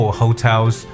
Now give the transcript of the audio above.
hotels